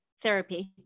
therapy